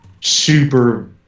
super